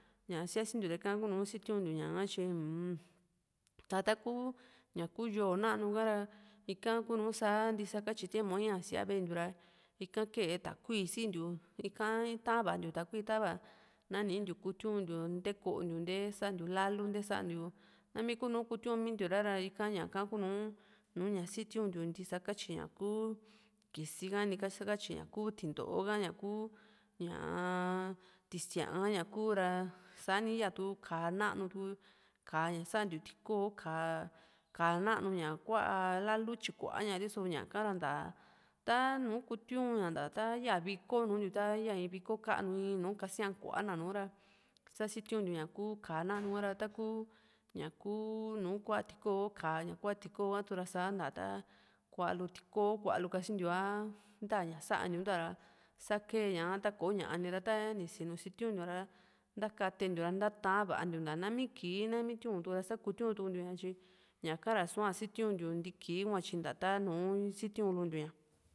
ña síasintiu ña ra ika kuunu sitiuntiu ña´ha tyi uu-m tá taku ña kuu yóo nanu ka ra ika kuunú sa ntisa katyi tiempo ii´a síaa ve´e ntiu ra ika kee takui sintiu ika taan vaantiu takui tava ná nintiu kutiuntiu nté kontiu nté santiu lalu nte santiu nami kunu kutiunmi ntiura rá ika ñaka kú´nuu nu´ña sitiuntiu ntisaktyi ñá kuu kisi ka nyisakatyi ña ku tinto´o ka ña ku ñaa tísiaa ka ña ku ra sa´ni yaa tu ka´a nanu tuku ka´a ña santiu tukoo ka´a ka´aa nanu ña kuaa lalu tyikuaa ña riso ñaka ra ntá tá´nu kutiun ña nta tá yaa viko nuntiu ta íya in viko kanu in nùù kasíaa kua´na nùù ra s´a sitiuntiu ña ku ka´a nanu ka ra taku ñá kuu nú kuaa tikoo ka´a ña kuaa tikoo ha tuku ra sa´nta tá kua´lu tikoo kualu kasintiu a ntá ña santiu ntá ra sa kee ña´ha ta koo´ña nira tani sinu ni sintiuntiu ña ra ntakatentiu ña ra ntavantiu ntaa nami kii nami tiun tu ra sakutiu tukuntiou ña ñaka ra nusu´a situntiu ntikii hua tyi ntá ta nùù sitiuntiu lu ña